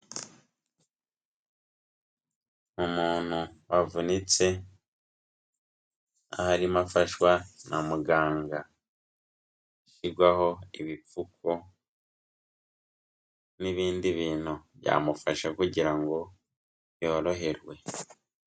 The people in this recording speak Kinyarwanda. Umuntu wavunitse aho arimo afashwa na muganga, ashyigwaho ibipfuko n'ibindi bintu byamufasha kugira ngo yoroherwe.